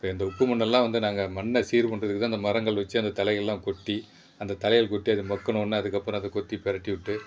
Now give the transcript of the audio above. இப்போ இந்த உப்பு மண்ணெல்லாம் வந்து நாங்கள் மண்ணை சீர் பண்ணுறதுக்குதான் இந்த மரங்கள் வச்சு அந்த தழையெல்லாம் கொட்டி அந்த தழைகள் கொட்டி அது மக்கினவொன்னே அதுக்கப்புறம் அது கொத்தி பிரட்டி விட்டு